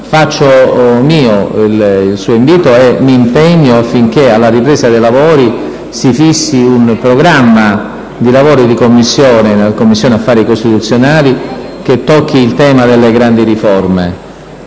faccio mio il suo invito e mi impegno affinché alla ripresa dei lavori si fissi un programma dei lavori della Commissione affari costituzionali che tocchi il tema delle grandi riforme.